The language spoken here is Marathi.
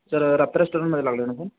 सर राबता रेस्टॉरंटमध्ये लागला आहे ना फोन